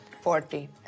Forty